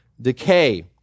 decay